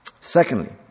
Secondly